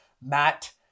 matt